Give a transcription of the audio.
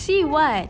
see what